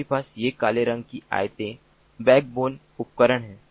हमारे पास ये काले रंग की आयतें बैकबोन उपकरण हैं